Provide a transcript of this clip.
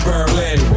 Berlin